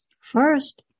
First